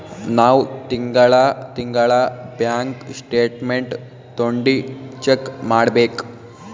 ನಾವ್ ತಿಂಗಳಾ ತಿಂಗಳಾ ಬ್ಯಾಂಕ್ ಸ್ಟೇಟ್ಮೆಂಟ್ ತೊಂಡಿ ಚೆಕ್ ಮಾಡ್ಬೇಕ್